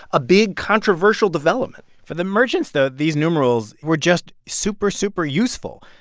a big, controversial development for the merchants, though, these numerals were just super, super useful.